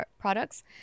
products